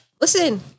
Listen